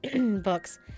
books